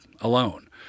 alone